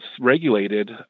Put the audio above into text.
regulated